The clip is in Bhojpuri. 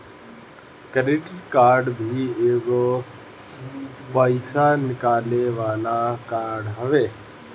क्रेडिट कार्ड भी एगो पईसा निकाले वाला कार्ड हवे